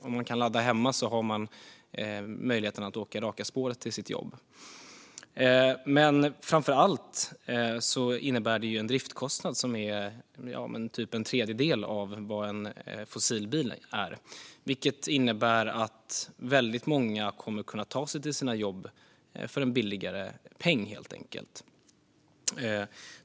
Om man kan ladda hemma har man möjligheten att åka raka spåret till sina jobb. Men framför allt innebär det en driftskostnad som är typ en tredjedel av en fossilbils, vilket gör att väldigt många kommer att kunna ta sig till sina jobb för en billigare peng, helt enkelt.